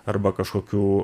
arba kažkokių